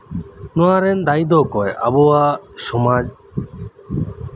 ᱱᱚᱣᱟᱨᱮᱱ ᱫᱟᱭᱤ ᱫᱚ ᱚᱠᱚᱭ ᱟᱵᱚᱣᱟᱜ ᱥᱚᱢᱟᱡ